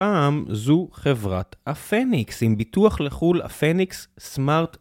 פעם זו חברת אפניקס, עם ביטוח לחול אפניקס סמארט.